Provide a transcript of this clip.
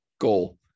goal